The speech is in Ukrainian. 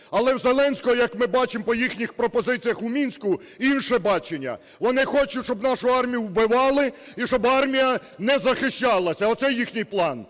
Але у Зеленського, як ми бачимо по їхніх пропозиціях у Мінську, інше бачення: вони хочуть, щоб нашу армію вбивали і щоб армія не захищалася. Оце їхній план,